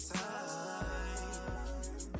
time